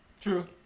True